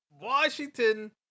Washington